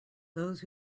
those